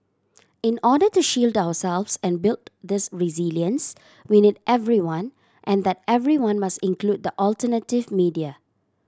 in order to shield ourselves and build this resilience we need everyone and that everyone must include the alternative media